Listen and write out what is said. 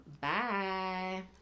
bye